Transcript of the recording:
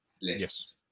Yes